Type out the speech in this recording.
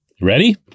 ready